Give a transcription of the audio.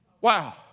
Wow